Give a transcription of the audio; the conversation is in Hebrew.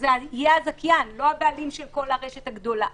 זה יהיה הזכיין לא הבעלים של הרשת הגדולה.